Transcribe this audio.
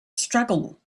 struggle